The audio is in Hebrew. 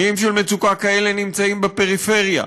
איים של מצוקה כאלה נמצאים בפריפריה,